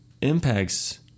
impacts